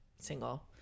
single